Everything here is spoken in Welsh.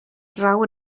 draw